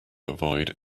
avoid